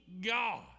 God